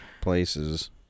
places